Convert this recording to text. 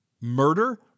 murder